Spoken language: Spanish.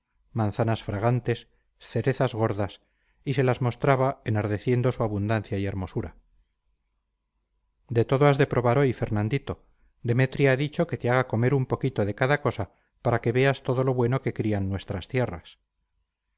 manzanas fragantes cerezas gordas y se las mostraba enardeciendo su abundancia y hermosura de todo has de probar hoy fernandito demetria ha dicho que te haga comer un poquito de cada cosa para que veas todo lo bueno que crían nuestras tierras